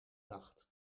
nacht